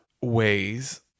ways